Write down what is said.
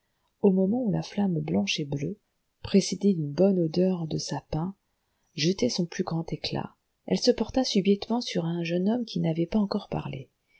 au moment où la flamme blanche et bleue précédée d'une bonne odeur de sapin jetait son plus grand éclat elle se porta subitement sur un jeune homme qui n'avait pas encore parlé